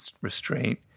restraint